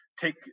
take